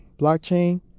blockchain